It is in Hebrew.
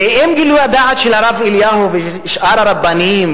ואם גילוי הדעת של הרב אליהו ושאר הרבנים,